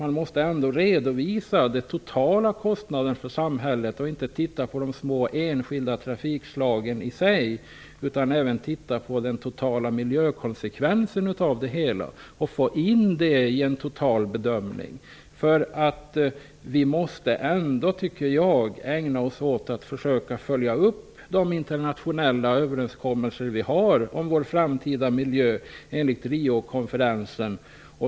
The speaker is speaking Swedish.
Man måste dock även redovisa den totala kostnaden för samhället, dvs. inte bara se på effekterna för de enskilda trafikslagen utan också räkna med de totala miljökonsekvenserna. Vi måste försöka följa upp de internationella överenskommelser om vår framtida miljö som vi har ingått i anslutning till Riokonferensen.